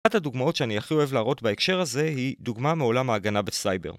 ‫אחת הדוגמאות שאני הכי אוהב להראות בהקשר הזה ‫היא דוגמה מעולם ההגנה בסייבר.